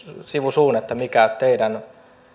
sivu suun mikä teidän